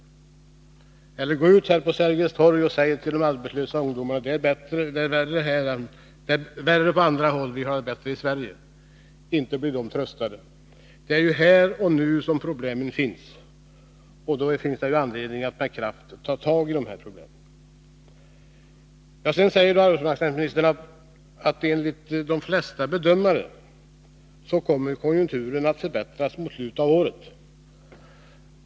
Eller gå ut på Sergels torg och säg till de arbetslösa ungdomarna att det är värre på andra håll — vi har det bättre i Sverige! Inte blir de tröstade. Det är ju här och nu som problemen finns. Då finns det anledning att med kraft ta tag i dessa problem. Sedan säger arbetsmarknadsministern att konjunkturen enligt de flesta bedömare kommer att förbättras mot slutet av året.